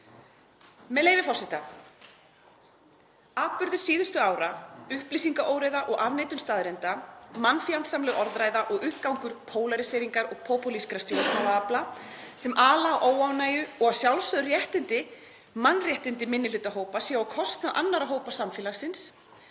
með leyfi forseta: „Atburðir síðustu ára; upplýsingaóreiða og afneitun staðreynda, mannfjandsamleg orðræða og uppgangur pólaríseringar og popúlískra stjórnmálaafla sem ala á óánægju og að sjálfsögð mannréttindi minnihlutahópa séu á kostnað annarra hópa samfélagsins,